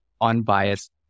unbiased